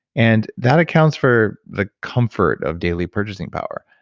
and that accounts for the comfort of daily purchasing power.